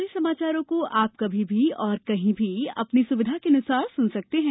हमारे समाचारों को अब आप कभी भी और कहीं भी अपनी सुविधा के अनुसार सुन सकते हैं